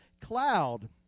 cloud